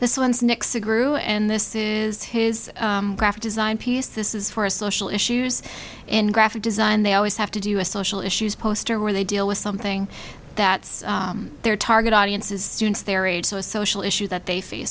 this one's nixa grew and this is his graphic design piece this is for a social issues in graphic design they always have to do a social issues poster where they deal with something that's their target audience is students their age so a social issue that they face